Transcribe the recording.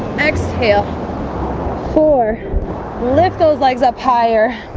exhale four lift those legs up higher